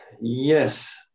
Yes